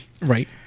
Right